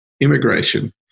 immigration